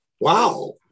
wow